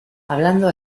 hablando